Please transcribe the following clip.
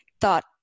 thought